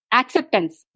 acceptance